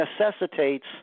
necessitates